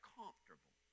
comfortable